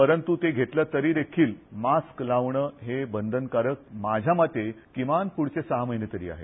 परंत्र ते घेतलं तरी देखील मास्क लावणे हे बंधनकारक माझ्यामते किमान पुढचे सहा महिने तरी आहे